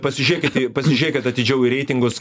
pasižiūrėkit pasižiūrėkit atidžiau į reitingus